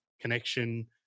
connection